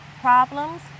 problems